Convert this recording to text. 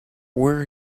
were